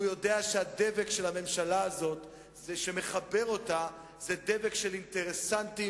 הוא יודע שהדבק של הממשלה הזאת שמחבר אותה זה דבר של אינטרסנטים,